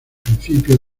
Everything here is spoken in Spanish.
principio